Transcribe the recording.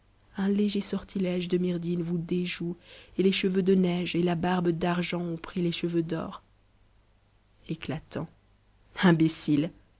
un léger sortilège de myrdhinn vous dévoue et les cheveux de ne ge et la barbe d'argent ont pris tes cheveux d'or t h imbécile